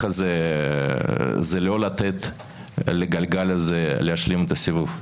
הזה היא לא לתת לגלגל הזה להשלים את הסיבוב.